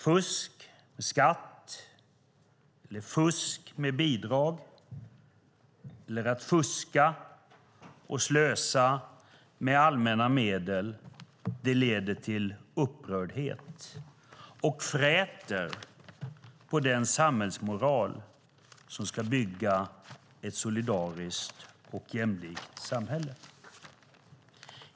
Fusk med skatt, fusk med bidrag eller att fuska och slösa med allmänna medel leder till upprördhet och fräter på den samhällsmoral som ska bygga ett solidariskt och jämlikt samhälle.